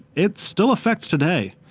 it still affects today,